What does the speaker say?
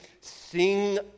Sing